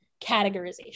categorization